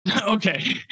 okay